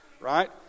right